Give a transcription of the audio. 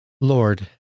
Lord